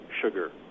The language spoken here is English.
sugar